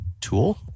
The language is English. tool